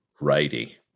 righty